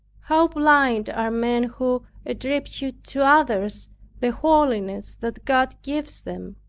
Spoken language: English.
how blind are men who attribute to others the holiness that god gives them!